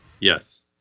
Yes